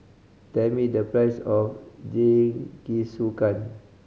tell me the price of Jingisukan